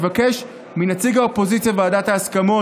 ומבקש מנציג האופוזיציה בוועדת ההסכמות,